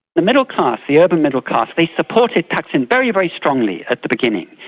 the middle-class, the urban middle-class, they supported thaksin very, very strongly at the beginning.